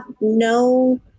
no